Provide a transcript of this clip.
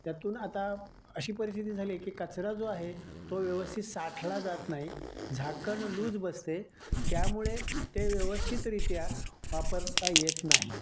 त्यातून आता अशी परिस्थिती झाली आहे की कचरा जो आहे तो व्यवस्थित साठला जात नाही झाकण लूज बसते त्यामुळे ते व्यवस्थितरीत्या वापरता येत नाही